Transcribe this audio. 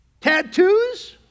Tattoos